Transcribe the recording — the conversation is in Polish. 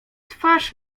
twarz